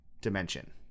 dimension